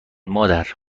مادر